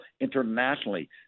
internationally